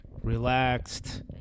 relaxed